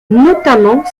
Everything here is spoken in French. notamment